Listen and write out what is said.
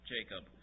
Jacob